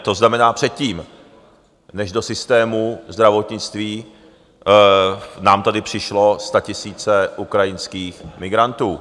To znamená předtím, než do systému zdravotnictví nám tady přišly statisíce ukrajinských migrantů.